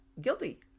guilty